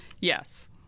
Yes